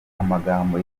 amagambo